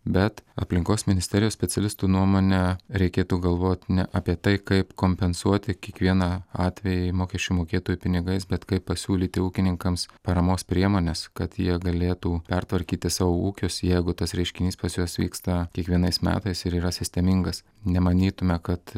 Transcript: bet aplinkos ministerijos specialistų nuomone reikėtų galvot ne apie tai kaip kompensuoti kiekvieną atvejį mokesčių mokėtojų pinigais bet kaip pasiūlyti ūkininkams paramos priemones kad jie galėtų pertvarkyti savo ūkius jeigu tas reiškinys pas juos vyksta kiekvienais metais ir yra sistemingas nemanytume kad